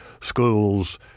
schools